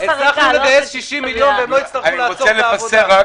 60 מיליון והם לא נאלצו לעצור את העבודה.